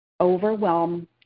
Overwhelm